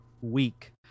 week